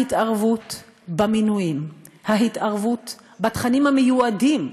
ההתערבות במינויים, ההתערבות בתכנים המיועדים,